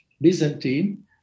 Byzantine